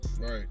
Right